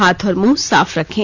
हाथ और मुंह साफ रखें